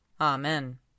Amen